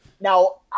Now